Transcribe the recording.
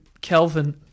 Kelvin